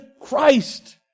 Christ